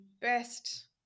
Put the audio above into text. best